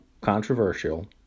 controversial